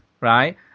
right